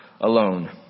alone